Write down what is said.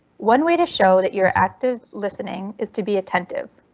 one way to show that you're active listening is to be attentive.